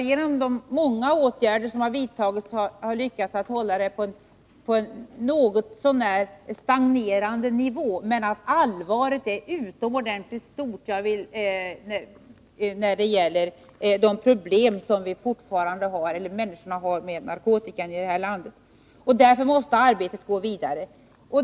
Genom de många åtgärder som vidtagits har vi ändå lyckats hålla narkotikamissbruket på en något så när stagnerande nivå, men allvaret är utomordentligt stort när det gäller de problem som människor fortfarande har i vårt land när det gäller narkotika. Därför måste arbetet gå vidare.